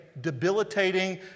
debilitating